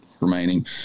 remaining